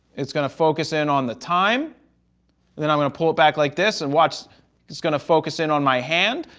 it's going to focus in on the time and then i'm going to pull it back like this and watch it's going to focus in on my hand.